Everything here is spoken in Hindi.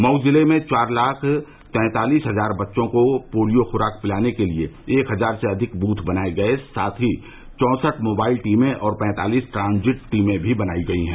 मऊ जिले में चार लाख तैंतालीस हजार बच्चों को पोलियो खुराक पिलाने के लिये एक हजार से अधिक बूथ बनाये गये साथ ही चौसठ मोबाइल टीमें और पैंतालीस ट्रांजिट टीमें भी बनायी गयी हैं